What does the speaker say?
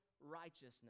righteousness